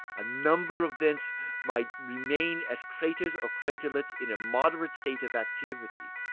a number of vents might remain as craters or craterlets in a moderate state of activity.